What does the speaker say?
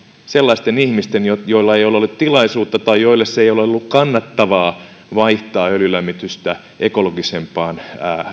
sellaisten ihmisten joilla ei ole ollut tilaisuutta tai joille ei ole ollut kannattavaa vaihtaa öljylämmitystä ekologisempaan